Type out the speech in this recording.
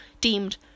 deemed